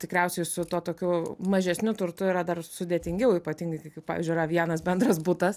tikriausiai su tuo tokiu mažesniu turtu yra dar sudėtingiau ypatingai kai kai pavyzdžiui yra vienas bendras butas